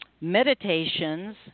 meditations